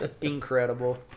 incredible